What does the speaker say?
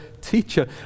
teacher